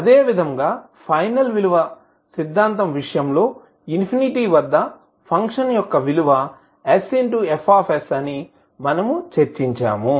అదేవిధంగా ఫైనల్ విలువ సిద్ధాంతం విషయంలో ఇన్ఫినిటీ వద్ద ఫంక్షన్ యొక్క విలువ sFs అని మనము చర్చించాము